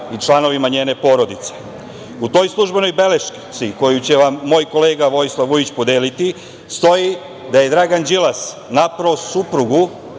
i članovima njene porodice?U toj službenoj beleški koju će vam moj kolega Vojislav Vujić podeliti stoji da je Dragan Đilas napao suprugu,